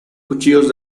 cuchillos